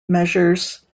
measures